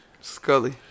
Scully